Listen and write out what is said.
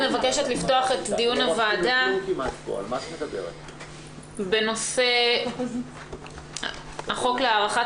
אני מבקשת לפתוח את דיון הוועדה בנושא: הצעת החוק להארכת